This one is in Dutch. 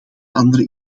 andere